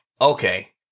Okay